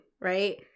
right